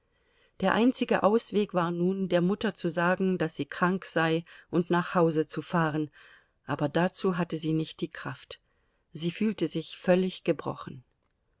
der einzige ausweg war nun der mutter zu sagen daß sie krank sei und nach hause zu fahren aber dazu hatte sie nicht die kraft sie fühlte sich völlig gebrochen